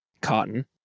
cotton